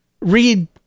read